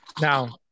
Now